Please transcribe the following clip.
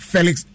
Felix